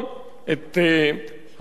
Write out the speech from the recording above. את ההנהלה,